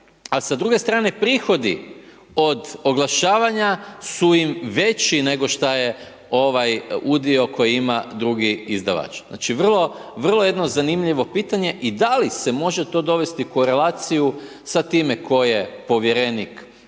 a sa druge strane, prihodi od oglašavanju su im već nego šta je ovaj udio koji ima drugi izdavač. Znači vrlo jedno zanimljivo pitanje i da li se može dovesti to u korelaciju sa time sa time tko je povjerenik